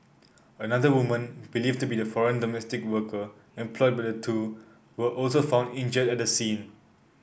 another woman believed to be the foreign domestic worker employed by the two was also found injured at the scene